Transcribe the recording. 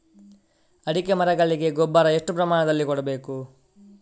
ಅಡಿಕೆ ಮರಗಳಿಗೆ ಗೊಬ್ಬರ ಎಷ್ಟು ಪ್ರಮಾಣದಲ್ಲಿ ಕೊಡಬೇಕು?